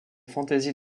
fantaisies